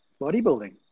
bodybuilding